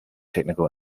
technical